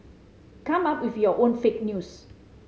come up with your own fake news